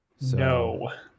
no